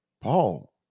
Paul